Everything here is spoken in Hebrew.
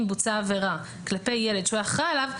בוצעה עבירה כלפי ילד שהוא אחראי עליו,